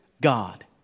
God